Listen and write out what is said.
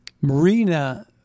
Marina